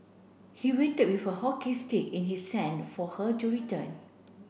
he waited with a hockey stick in his send for her to return